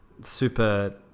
Super